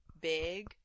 big